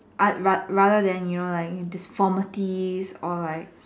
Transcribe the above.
uh ra~ rather than your like deformities or your like